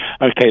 Okay